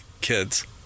kids